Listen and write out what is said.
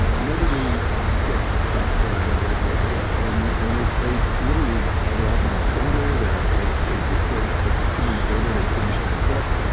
nobody gets stuck that i've ever worked with, and and they they literally, ah they often look younger there, they they report like two months later they finished their book,